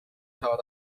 saavad